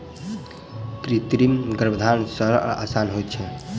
कृत्रिम गर्भाधान सरल आ आसान होइत छै